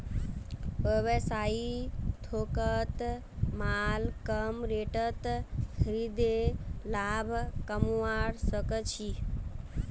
व्यवसायी थोकत माल कम रेटत खरीदे लाभ कमवा सक छी